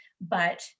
but-